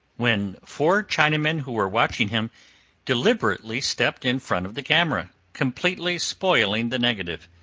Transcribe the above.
when four chinamen who were watching him deliberately stepped in front of the camera, completely spoiling the negative.